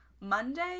monday